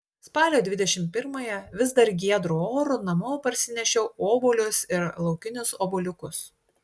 spalio dvidešimt pirmąją vis dar giedru oru namo parsinešiau obuolius ir laukinius obuoliukus